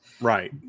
Right